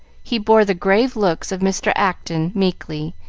he bore the grave looks of mr. acton meekly,